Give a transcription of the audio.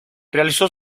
realizó